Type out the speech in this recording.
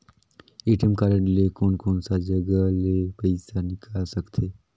ATM card ले कोन कोन सा जगह ले पइसा निकाल सकथे?